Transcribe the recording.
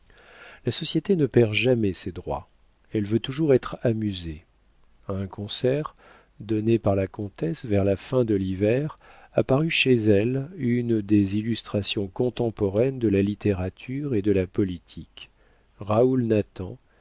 la société ne perd jamais ses droits elle veut toujours être amusée a un concert donné par la comtesse vers la fin de l'hiver apparut chez elle une des illustrations contemporaines de la littérature et de la politique raoul